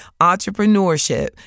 entrepreneurship